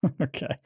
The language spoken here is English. Okay